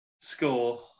score